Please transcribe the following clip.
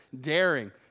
daring